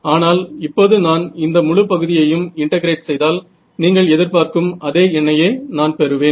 ஆனால் இப்போது நான் இந்த முழு பகுதியையும் இன்டெகிரேட் செய்தால் நீங்கள் எதிர்பார்க்கும் அதே எண்ணையே நான் பெறுவேன்